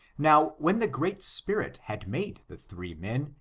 now, when the great spirit had made the three men,